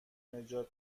نجات